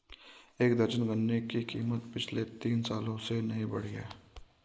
एक दर्जन गन्ने की कीमत पिछले तीन सालों से नही बढ़ी है